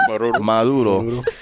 Maduro